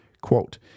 Quote